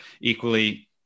Equally